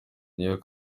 niyo